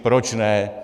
Proč ne?